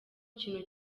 ikintu